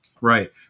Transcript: Right